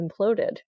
imploded